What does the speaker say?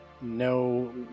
No